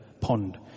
pond